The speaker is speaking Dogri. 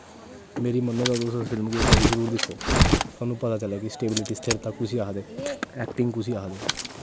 मेरी मन्नो तां तुस उस फिल्म गी इक बारी जरूर दिक्खो तोआनूं पता लग्गै कि सटेविलिटी स्थिरता किसी आखदे ऐक्टिंग कुसी आखदे